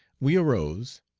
we arose,